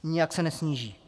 Nijak se nesníží.